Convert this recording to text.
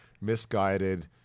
misguided